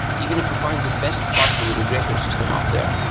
even if we find the best possible regression system out there,